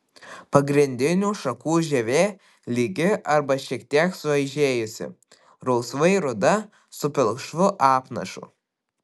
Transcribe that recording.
pagrindinių šakų žievė lygi arba šiek tiek suaižėjusi rausvai ruda su pilkšvu apnašu